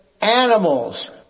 animals